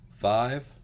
Five